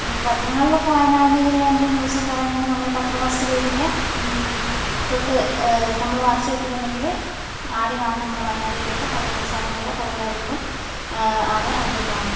പത്രങ്ങളിലൊക്കെ വയനാട് ജില്ലേൻ്റെ ന്യൂസ് ഒക്കെ അറിയണോങ്കിൽ നമ്മൾ പത്രം ഫസ്റ്റ് പേജിൻ്റെ തൊട്ട് നമ്മൾ മറിച്ച് നോക്കിട്ടുണ്ടെങ്കിൽ ആദ്യം കാണുന്നത് നമ്മുടെ വയനാട് ജില്ലയിലെ പല പല സ്ഥലങ്ങളിലെ പല കാര്യങ്ങളും ആണ് അതിൽ കാണുക